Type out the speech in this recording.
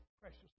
precious